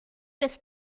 ist